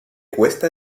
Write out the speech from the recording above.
cuesta